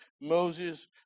Moses